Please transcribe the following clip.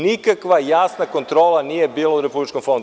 Nikakva jasna kontrola nije bila u Republičkom fondu.